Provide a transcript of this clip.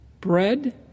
bread